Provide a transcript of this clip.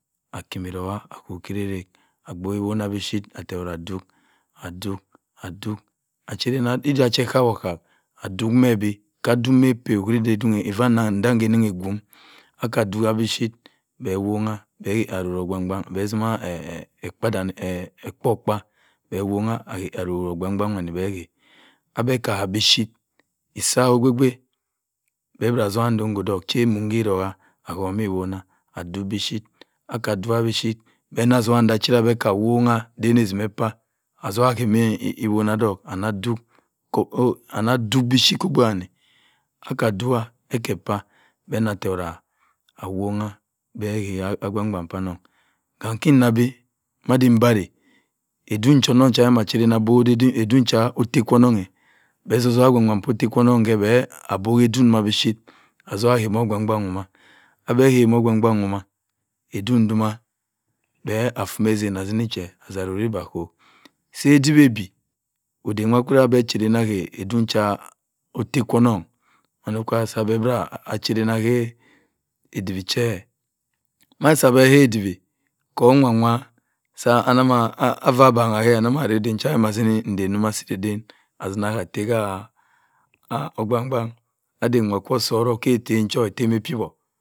Okima oruka-osuk-kireke. ogbowa ewona ma chip aduk. ima a chedane ake awuka. aduk mah abeb ojuea. aka-duka mah-chip. beh wonga. beh rora-ogbang--ogbang omman ekpo-kpa. beh wongha ake. abeh ka bu-chip. ti okpei-okpei aku yeh ewona aduk mah-chip. aka-duka-mm-chop. aka wongha chinni-timma ekpeh atogha ake-se-ewona. and aduk buh chip okpei wanne eke paph nha tora awongh ake. ka agbang-agbang kpa anang. Kam mi mbari ekwong cho-onom kwu mma cha-adane awake efe edong cha affa-kwa onongh beh asi-songh agban-agban kpa atta-kwa-onong bata akbowi edong ake. ye beh atini che adeh ruri ibi asuk. ka ose-kwu ma chadene akeb edong che-minawo wo kwu ma chadene mak ke edibe che. ku-nwa-nwa nten nchow se-didane ase. nagh a atta-se ogbang-ogbank ade-nwa kwa osi-orup ke-etem epiwu